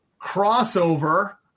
Crossover